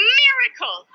miracle